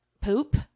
poop